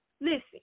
Listen